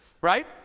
right